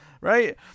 right